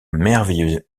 merveilleux